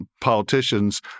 politicians